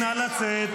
נא לצאת.